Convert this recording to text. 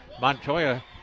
Montoya